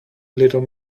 little